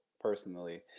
Personally